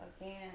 again